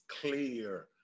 clear